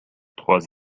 trois